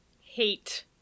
hate